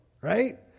right